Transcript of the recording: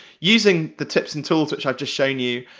using the tips and tools which i've just shown you,